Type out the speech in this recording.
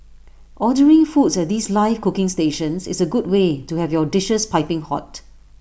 ordering foods at these live cooking stations is A good way to have your dishes piping hot